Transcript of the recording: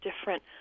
different